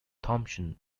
thompson